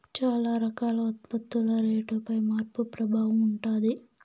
చాలా రకాల ఉత్పత్తుల రేటుపై మార్పు ప్రభావం ఉంటది